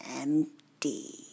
empty